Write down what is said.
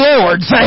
Lord's